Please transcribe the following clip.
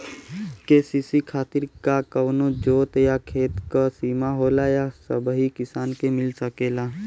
KCC खातिर का कवनो जोत या खेत क सिमा होला या सबही किसान के मिल सकेला?